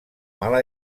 mala